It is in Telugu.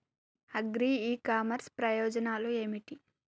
అగ్రి ఇ కామర్స్ ప్రయోజనాలు ఏమిటి?